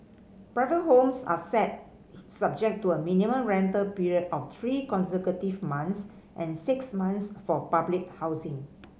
private homes are set subject to a minimum rental period of three consecutive months and six months for public housing